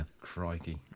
Crikey